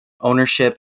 ownership